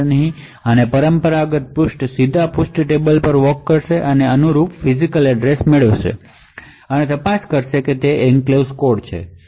આપણે અહીં જઈએ છીએ પરંપરાગત પેજ પર પેજ ટેબલ વોક કરો અને અનુરૂપ ફિજિકલસરનામું મેળવી શકો છો અને તપાસ કરો કે તે એન્ક્લેવ્સ એક્સેસ છે